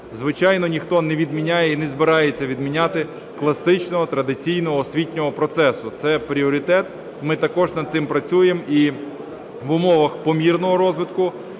Звичайно, ніхто не відміняє і не збирається відміняти класичного, традиційного освітнього процесу. Це пріоритет. Ми також над цим працюємо. І в умовах помірного розвитку,